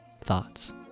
thoughts